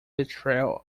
betrayal